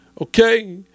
okay